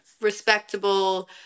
respectable